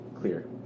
clear